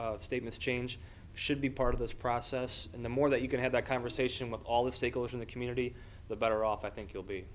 actions statements change should be part of this process and the more that you can have that conversation with all the stakeholders in the community the better off i think you'll be